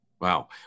Wow